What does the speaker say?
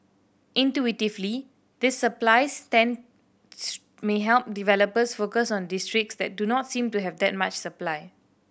intuitively this supply stand may help developers focus on districts that do not seem to have that much supply